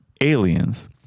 aliens